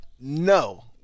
No